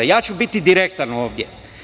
Ja ću biti direktan ovde.